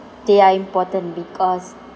they are important because